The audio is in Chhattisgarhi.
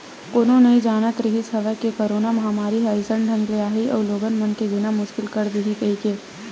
कोनो नइ जानत रिहिस हवय के करोना महामारी ह अइसन ढंग ले आही अउ लोगन मन के जीना मुसकिल कर दिही कहिके